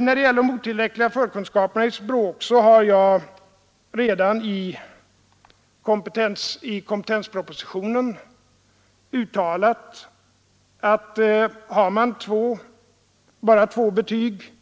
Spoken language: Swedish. När det gäller de otillräckliga förkunskaperna i språk har jag redan i kompetenspropositionen uttalat att har man t.ex. bara två betyg